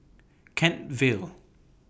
Kent Vale